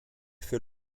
fait